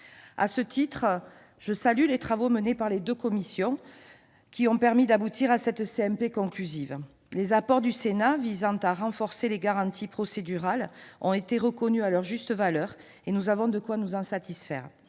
À ce titre, je salue les travaux menés par les commissions des lois des deux assemblées, qui ont permis d'aboutir à une CMP conclusive. Les apports du Sénat, visant à renforcer les garanties procédurales, ont été reconnus à leur juste valeur, et nous avons de quoi nous en satisfaire.